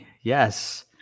Yes